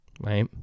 right